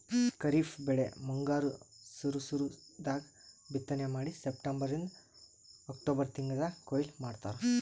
ಖರೀಫ್ ಬೆಳಿ ಮುಂಗಾರ್ ಸುರು ಸುರು ದಾಗ್ ಬಿತ್ತನೆ ಮಾಡಿ ಸೆಪ್ಟೆಂಬರಿಂದ್ ಅಕ್ಟೋಬರ್ ತಿಂಗಳ್ದಾಗ್ ಕೊಯ್ಲಿ ಮಾಡ್ತಾರ್